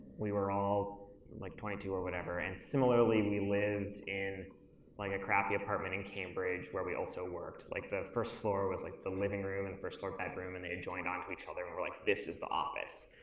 we were all like twenty two or whatever and similarly we lived in like a crappy apartment in cambridge where we also worked. like the first floor was like the living room and first floor bedroom and they joined onto each other and we're like, this is the office.